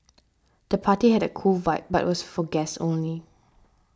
the party had a cool vibe but was for guests only